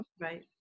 Right